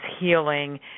healing